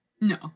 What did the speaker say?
No